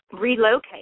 relocate